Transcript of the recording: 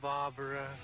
Barbara